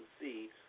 see